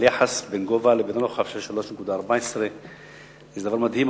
על יחס בין גובה לבין רוחב של 3.14. זה דבר מדהים,